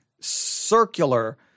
circular